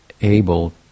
able